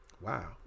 Wow